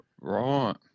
Right